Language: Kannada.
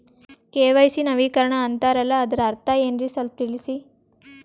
ಕೆ.ವೈ.ಸಿ ನವೀಕರಣ ಅಂತಾರಲ್ಲ ಅದರ ಅರ್ಥ ಏನ್ರಿ ಸ್ವಲ್ಪ ತಿಳಸಿ?